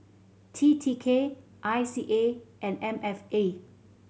T T K I C A and M F A